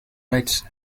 rights